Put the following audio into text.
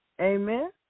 Amen